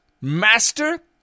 master